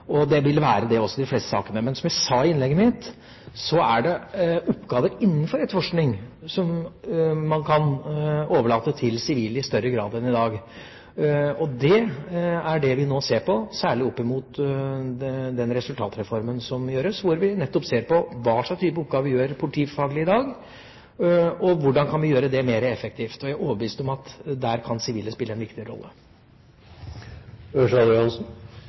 osv. Det vil være det i de fleste sakene. Men som jeg sa i innlegget mitt, er det oppgaver innenfor etterforskning som man kan overlate til sivile i større grad enn det man gjør i dag. Det er det vi nå ser på, særlig opp mot resultatreformen, hvor vi nettopp ser på hva slags type oppgaver politifaglige gjør i dag, og hvordan vi kan gjøre det mer effektivt. Jeg er overbevist om at der kan sivile spille en viktig rolle.